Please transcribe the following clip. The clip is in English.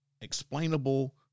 explainable